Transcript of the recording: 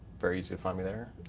very easy to find me there.